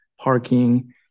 parking